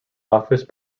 office